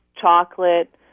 chocolate